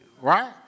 right